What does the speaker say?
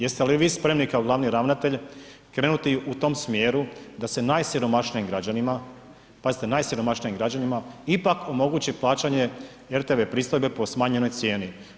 Jeste li vi spremni kao glavni ravnatelj krenuti u tom smjeru da se najsiromašnijim građanima, pazite najsiromašnijim građanima ipak omogući plaćanje rtv pristojbe po smanjenoj cijeni?